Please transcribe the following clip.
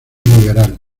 liberal